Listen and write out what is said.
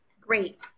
great